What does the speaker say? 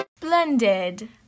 Blended